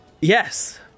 Yes